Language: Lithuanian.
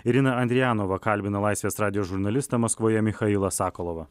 irina andrijanova kalbina